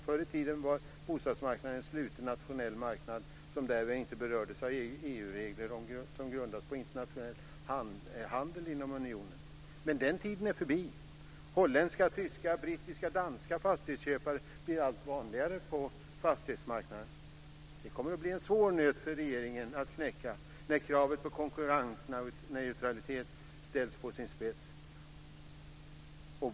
Förr i tiden var bostadsmarknaden en sluten nationell marknad som inte berördes av EU-regler som grundades på internationell handel inom unionen. Men den tiden är förbi. Holländska, tyska, brittiska, danska fastighetsköpare blir allt vanligare på fastighetsmarknaden. Det kommer att bli en svår nöt för regeringen att knäcka när kravet på konkurrensneutralitet ställs på sin spets.